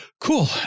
Cool